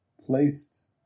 placed